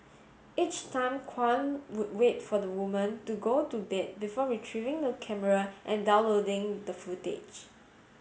each time Kwan would wait for the woman to go to bed before retrieving the camera and downloading the footage